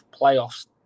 playoffs